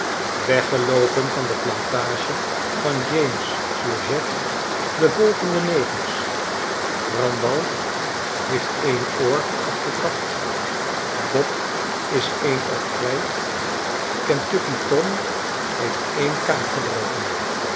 weggeloopen van de plantage van james surgette de volgende negers randal heeft een oor afgekapt bob is een oog kwijt kentucky tom heeft een kaak gebroken